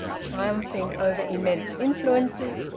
triumphing over immense influences,